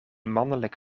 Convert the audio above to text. mannelijk